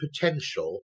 potential